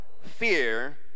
fear